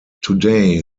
today